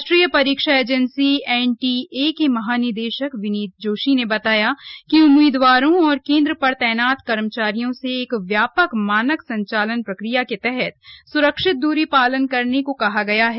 राष्ट्रीय परीक्षा agency NTA के महानिदेशक विनीत जोशी ने बताया कि उम्मीदवारों और केंद्र पर तैनात कर्मचारियों से एक व्यापक मानक संचालन प्रक्रिया के तहत सुरक्षित दूरी का पालन करने को कहा गया है